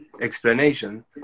explanation